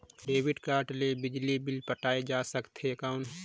Debit card ले बिजली bill पटाय जा सकथे कौन?